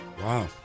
Wow